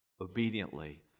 obediently